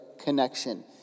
connection